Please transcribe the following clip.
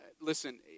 listen